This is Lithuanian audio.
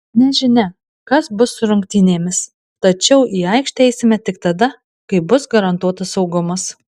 nežinia kas bus su rungtynėmis tačiau į aikštę eisime tik tada kai bus garantuotas saugumas